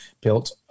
built